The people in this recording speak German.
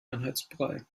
einheitsbrei